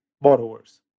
borrowers